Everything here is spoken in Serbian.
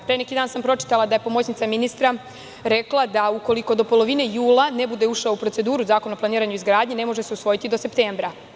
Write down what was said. Pre neki dan sam pročitala da je pomoćnica ministra rekla da ukoliko do polovine jula ne bude ušao u proceduru zakon o planiranju i izgradnji, ne može se usvojiti do septembra.